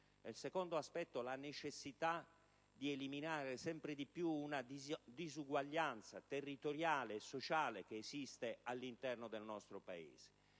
Il secondo aspetto consiste nella necessità di eliminare sempre di più una disuguaglianza territoriale e sociale esistente all'interno del nostro Paese.